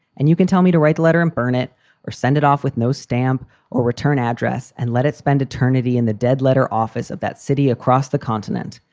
and you can tell me to write a letter and burn it or send it off with no stamp or return address and let it spend eternity in the dead letter office of that city across the continent.